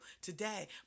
today